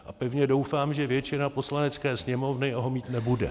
A pevně doufám, že většina Poslanecké sněmovny ho mít nebude.